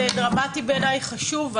זה דרמטי בעיניי וחשוב,